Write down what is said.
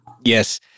Yes